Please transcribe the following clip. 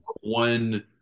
one